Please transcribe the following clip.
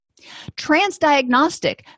Transdiagnostic